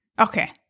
Okay